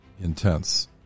intense